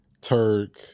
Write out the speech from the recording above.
Turk